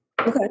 Okay